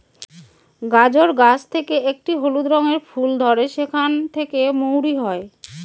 গাজর গাছ থেকে একটি হলুদ রঙের ফুল ধরে সেখান থেকে মৌরি হয়